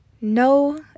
No